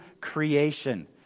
creation